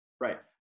Right